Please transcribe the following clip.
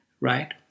right